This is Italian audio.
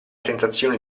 sensazione